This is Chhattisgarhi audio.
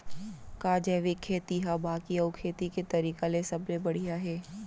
का जैविक खेती हा बाकी अऊ खेती के तरीका ले सबले बढ़िया हे?